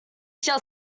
shall